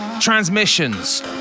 Transmissions